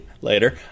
later